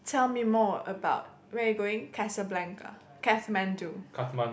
tell me more about where you going Casablanca Kathmandu